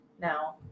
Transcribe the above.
now